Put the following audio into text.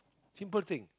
simple thing